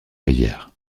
rivières